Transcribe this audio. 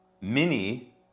mini